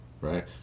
right